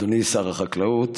אדוני שר החקלאות,